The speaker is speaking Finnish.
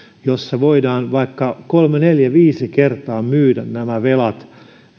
jossa voidaan vaikka kolme neljä viisi kertaa myydä nämä velat